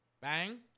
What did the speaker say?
Bang